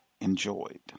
enjoyed